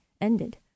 ended